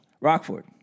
Rockford